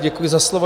Děkuji za slovo.